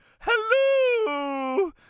Hello